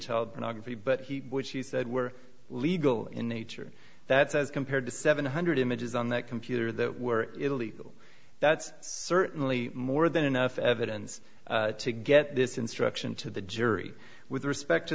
child pornography but he which he said were legal in nature that says compared to seven hundred images on that computer that were illegal that's certainly more than enough evidence to get this instruction to the jury with respect to